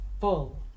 full